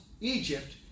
Egypt